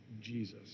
Jesus